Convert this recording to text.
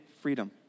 freedom